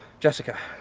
jessica,